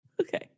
okay